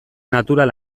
natural